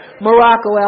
Morocco